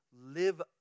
live